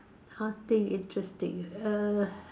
nothing interesting err